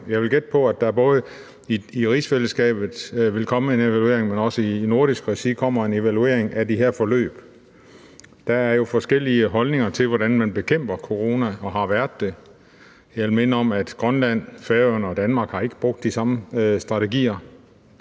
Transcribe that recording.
Jeg vil gætte på, at der både i rigsfællesskabet, men også i nordisk regi, vil komme en evaluering af de her forløb. Der er jo og har været forskellige holdninger til, hvordan man bekæmper corona. Jeg vil minde om, at Grønland, Færøerne og Danmark ikke har brugt de samme strategier